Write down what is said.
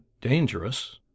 dangerous